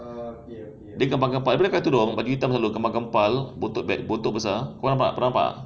dia gempal-gempal dia pakai tudung baju hitam selalu gempal-gempal bontot bontot besar pernah nampak